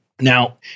Now